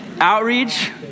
Outreach